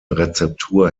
rezeptur